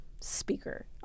speaker